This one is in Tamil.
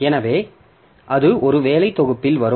எனவே அது ஒரு வேலை தொகுப்பில் வரும்